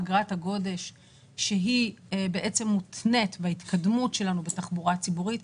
אגרת הגודש שמותנית בהתקדמות שלנו בתחבורה ציבורית,